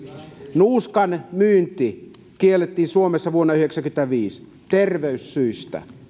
nuuskan myynti kiellettiin suomessa vuonna yhdeksänkymmentäviisi terveyssyistä myös